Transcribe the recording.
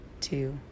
two